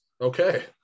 Okay